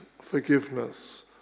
forgiveness